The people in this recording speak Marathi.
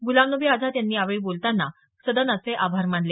गुलाम नबी आझाद यांनी यावेळी बोलताना सदनाचे आभार मानले